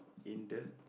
in the